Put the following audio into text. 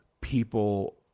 people